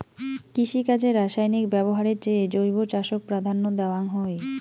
কৃষিকাজে রাসায়নিক ব্যবহারের চেয়ে জৈব চাষক প্রাধান্য দেওয়াং হই